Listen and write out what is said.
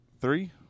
three